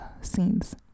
scenes